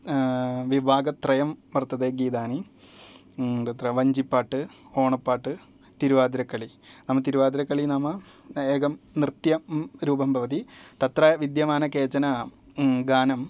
विभागत्रयं वर्तते गीतानि तत्र वञ्जिप्पाट्ट् ओणप्पाट्ट् तिरुवादिरक्कली तिरुवादिरक्कली नाम एकं नृत्यं रूपं भवति तत्र विद्यमान केचन गानम्